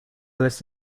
less